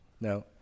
no